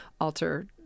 alter